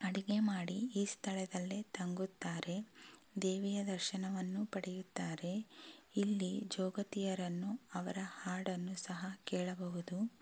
ಅಡಿಗೆ ಮಾಡಿ ಈ ಸ್ಥಳದಲ್ಲೇ ತಂಗುತ್ತಾರೆ ದೇವಿಯ ದರ್ಶನವನ್ನು ಪಡೆಯುತ್ತಾರೆ ಇಲ್ಲಿ ಜೋಗತಿಯರನ್ನು ಅವರ ಹಾಡನ್ನು ಸಹ ಕೇಳಬಹುದು